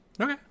okay